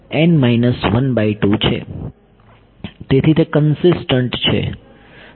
તેથી તે કન્સીસ્ટંટ છે